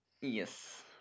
Yes